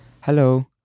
Hello